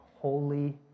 holy